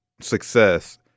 success